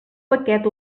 paquet